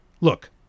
Look